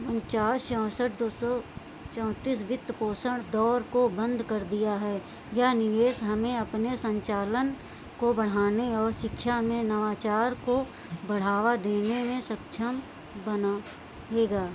उनचास चौंसठ दो सौ चौंतीस वित्त पोषण दौर को बंद कर दिया है यह निवेश हमें अपने संचालन को बढ़ाने और शिक्षा में नवाचार को बढ़ावा देने में सक्षम बनाएगा